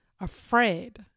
afraid